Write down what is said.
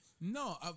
No